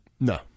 No